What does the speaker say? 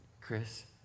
Chris